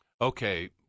Okay